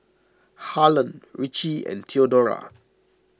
Harlan Richie and theodora